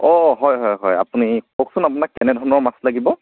অঁ হয় হয় হয় আপুনি কওকচোন আপোনাক কেনেধৰণৰ মাছ লাগিব